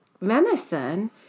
venison